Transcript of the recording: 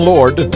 Lord